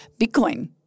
Bitcoin